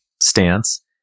stance